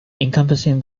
encompassing